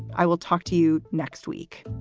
i will talk to you next week